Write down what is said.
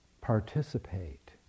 participate